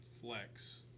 flex